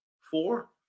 four